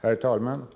Herr talman!